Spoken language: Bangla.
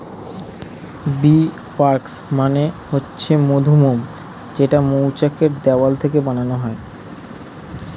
বী ওয়াক্স মানে হচ্ছে মধুমোম যেইটা মৌচাক এর দেওয়াল থেকে বানানো হয়